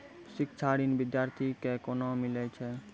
शिक्षा ऋण बिद्यार्थी के कोना मिलै छै?